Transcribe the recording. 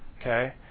okay